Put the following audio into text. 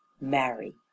marry